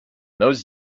those